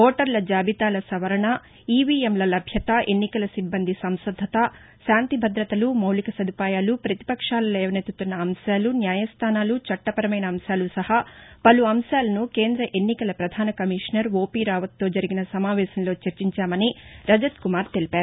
ఓటర్ల జాబితాల సవరణ ఇవిఎం ల లభ్యత ఎన్నికల సిబ్బంది సంసర్దత శాంతి భద్రతలు మౌలిక సదుపాయాలూ పతిపక్షాలు లేవనెత్తుతున్న అంశాలు న్యాయస్దానాలు చట్టపరమైన అంశాలు సహా పలు అంశాలను కేంద్ర ఎన్నికల ప్రపధాన కమిషనర్ ఓపి రావత్ తో జరిగిన సమావేశంలో చర్చించామని రజత్ కుమార్ తెలిపారు